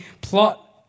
plot